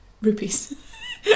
Rupees